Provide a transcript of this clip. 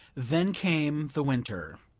then came the winter.